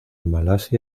malasia